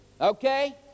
okay